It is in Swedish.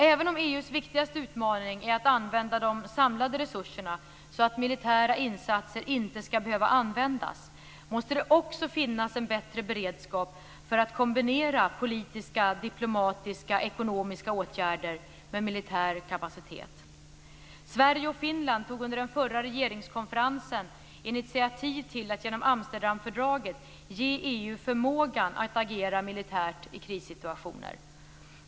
Även om EU:s viktigaste utmaning är att använda de samlade resurserna så att militära insatser inte skall behöva komma till stånd, måste det också finnas en bättre beredskap för att kombinera politiska, diplomatiska och ekonomiska åtgärder med militär kapacitet. Sverige och Finland tog under den förra regeringskonferensen initiativ till att genom Amsterdamfördraget ge EU förmågan att agera militärt i krissituationer.